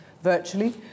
virtually